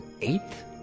eighth